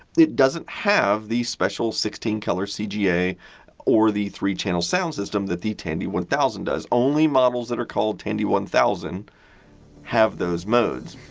it doesn't have the special sixteen color cga or the three channel sound system that the tandy one thousand does. only models that are called tandy one thousand have those modes.